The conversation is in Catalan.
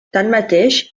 tanmateix